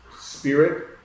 spirit